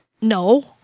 No